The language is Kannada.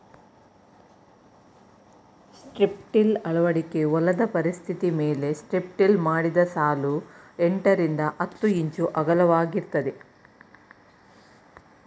ಸ್ಟ್ರಿಪ್ಟಿಲ್ ಅಳವಡಿಕೆ ಹೊಲದ ಪರಿಸ್ಥಿತಿಮೇಲೆ ಸ್ಟ್ರಿಪ್ಟಿಲ್ಡ್ ಮಾಡಿದ ಸಾಲು ಎಂಟರಿಂದ ಹತ್ತು ಇಂಚು ಅಗಲವಾಗಿರ್ತದೆ